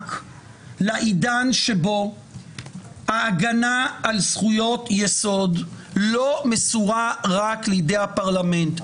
בענק לעידן שבו ההגנה על זכויות יסוד לא מסורה רק לידי הפרלמנט.